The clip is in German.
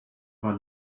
war